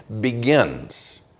begins